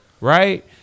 Right